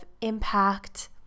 impact